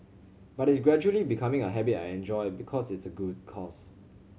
but it's gradually becoming a habit I enjoy because it's a good cause